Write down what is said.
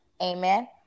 Amen